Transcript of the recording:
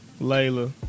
Layla